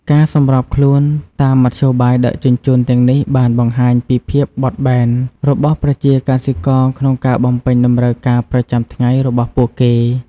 ការសម្របខ្លួនតាមមធ្យោបាយដឹកជញ្ជូនទាំងនេះបានបង្ហាញពីភាពបត់បែនរបស់ប្រជាកសិករក្នុងការបំពេញតម្រូវការប្រចាំថ្ងៃរបស់ពួកគេ។